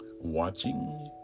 watching